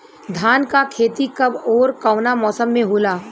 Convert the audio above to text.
धान क खेती कब ओर कवना मौसम में होला?